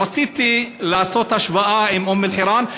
רציתי לעשות השוואה עם אום-אלחיראן,